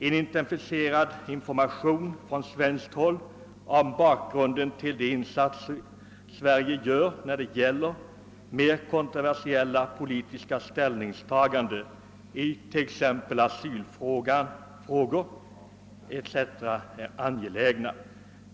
En intensifierad information från svenskt håll om bakgrunden till de insatser Sverige gör när det gäller mera kontroversiella politiska ställningstaganden i asylfrågor o. d. är angelägen.